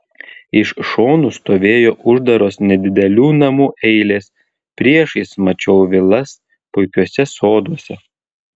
iš šonų stovėjo uždaros nedidelių namų eilės priešais mačiau vilas puikiuose soduose